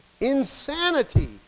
Insanity